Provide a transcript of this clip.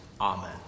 Amen